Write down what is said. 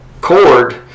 cord